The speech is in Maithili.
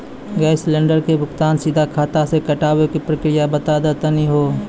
गैस सिलेंडर के भुगतान सीधा खाता से कटावे के प्रक्रिया बता दा तनी हो?